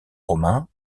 romain